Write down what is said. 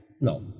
No